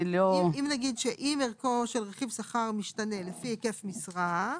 אם נגיד שאם ערכו של רכיב שכר משתנה לפי היקף משרה,